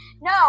no